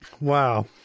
Wow